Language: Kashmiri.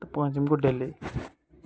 تہٕ پوٗنٛژِم گوٚو ڈٮ۪لی